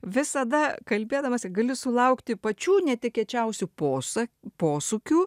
visada kalbėdamas gali sulaukti pačių netikėčiausių posa posūkių